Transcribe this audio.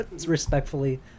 Respectfully